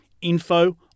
info